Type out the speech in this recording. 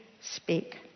speak